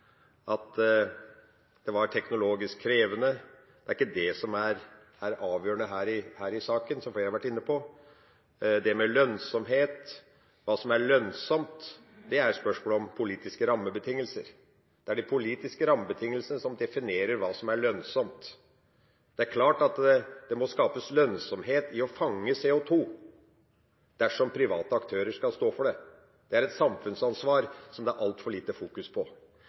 at det var komplisert, at det var teknologisk krevende – det er ikke det som er avgjørende i denne saken, som flere har vært inne på. Det med lønnsomhet, hva som er lønnsomt, er spørsmål om politiske rammebetingelser. Det er de politiske rammebetingelsene som definerer hva som er lønnsomt. Det er klart at det må skapes lønnsomhet i å fange CO2 dersom private aktører skal stå for det. Det er et samfunnsansvar som det er altfor lite fokus på.